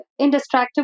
Indistractable